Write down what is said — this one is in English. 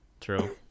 True